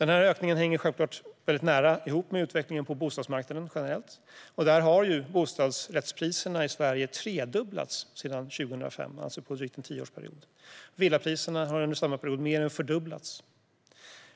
Ökningen hänger självfallet nära ihop med utvecklingen på bostadsmarknaden generellt. Där har bostadsrättspriserna i Sverige tredubblats sedan 2005, alltså under drygt en tioårsperiod. Villapriserna har under samma period mer än fördubblats.